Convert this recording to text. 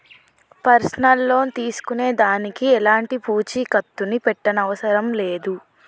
personal loan తీసుకునే దానికి ఎలాంటి పూచీకత్తుని పెట్టనవసరం లేదు